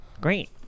Great